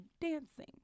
dancing